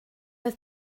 oedd